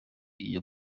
iyo